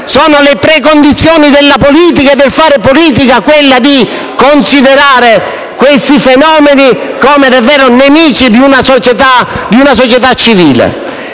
tra le precondizioni della politica e del far politica il considerare questi fenomeni come davvero nemici di una società civile.